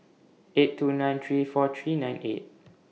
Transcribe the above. eight two nine three four three nine eight